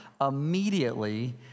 Immediately